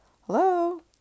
Hello